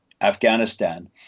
Afghanistan